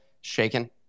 shaken